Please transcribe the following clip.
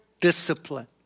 discipline